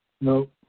No